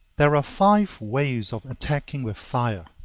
there are five ways of attacking with fire.